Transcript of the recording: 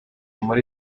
muri